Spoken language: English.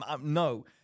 no